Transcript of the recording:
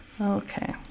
Okay